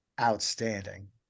outstanding